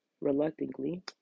reluctantly